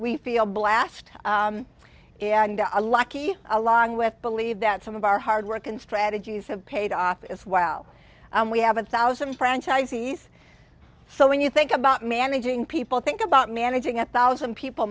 we feel blast and a lucky along with believe that some of our hard work and strategies have paid off as well and we have a thousand franchisees so when you think about managing people think about managing a thousand people